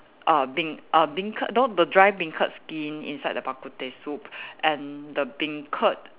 uh bean uh beancurd you know the dry beancurd skin inside the bak-kut-teh soup and the beancurd